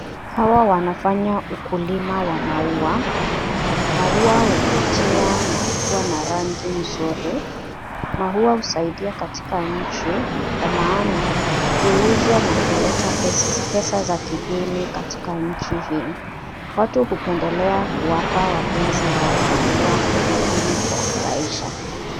Hawa wanafanya ukulima wa maua. Maua huvutia na kuwa na rangi nzuri. Maua husaidia katika nchi, kwa maana huuzwa na kuleta pesa za kigeni katika nchi hii. Watu hupendelea kuwapa wapenzi wao maua ili kuwafurahisha.